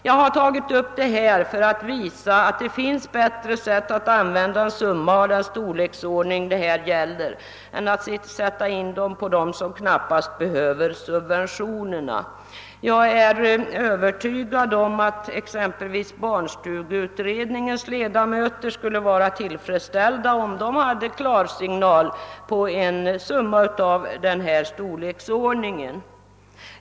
Jag har tagit upp detta spörsmål för att visa att det finns bättre sätt att använda en summa av denna storlek än att låta pengarna gå till personer som knappast behöver subventionerna. Jag är övertygad om att t.ex. barnstugeutredningens ledamöter skulle bli tillfredsställda därest de fick klarsignal om ett anslag av denna storleksordning.